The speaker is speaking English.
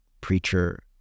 preacher